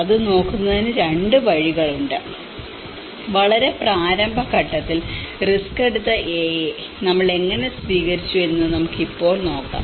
അത് നോക്കുന്നതിന് 2 വഴികളുണ്ട് വളരെ പ്രാരംഭ ഘട്ടത്തിൽ റിസ്ക് എടുത്ത എയെ നമ്മൾ എങ്ങനെ സ്വീകരിച്ചു എന്ന് നമുക്ക് ഇപ്പോഴും നോക്കാം